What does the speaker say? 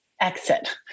Exit